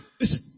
listen